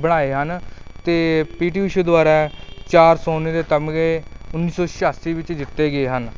ਬਣਾਏ ਹਨ ਅਤੇ ਪੀ ਟੀ ਊਸ਼ਾ ਦੁਆਰਾ ਚਾਰ ਸੋਨੇ ਦੇ ਤਗਮੇ ਉੱਨੀ ਸੌ ਛਿਆਸੀ ਵਿੱਚ ਜਿੱਤੇ ਗਏ ਹਨ